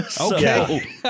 Okay